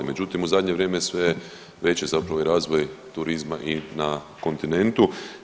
Međutim, u zadnje vrijeme sve veći je zapravo i razvoj turizma i na kontinentu.